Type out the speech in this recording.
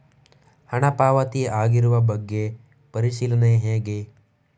ಹಣ ಪಾವತಿ ಆಗಿರುವ ಬಗ್ಗೆ ಪರಿಶೀಲನೆ ಹೇಗೆ?